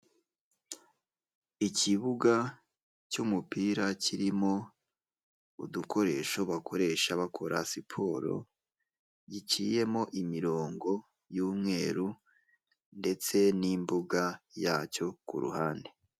Ikibuga cy'umupira kirimo udukoresho bakoresha bakora siporo, giciyemo imirongo y'umweru ndetse n'imbuga yacyo ku ruhande.